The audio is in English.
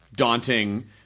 Daunting